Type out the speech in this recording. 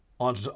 On